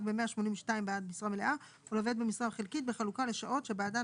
ב-182 (בעד משרה מלאה) ולעובד במשרה חלקית בחלוקה לשעות שבעדן